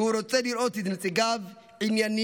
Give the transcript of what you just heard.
והוא רוצה לראות את נציגיו ענייניים,